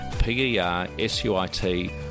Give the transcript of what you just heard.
p-e-r-s-u-i-t